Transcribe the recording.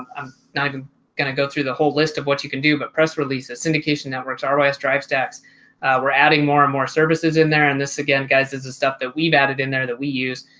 i'm not even going to go through the whole list of what you can do but press releases syndication networks are always drives tax we're adding more and more services in there and this again, guys, this is stuff that we've added in there that we use,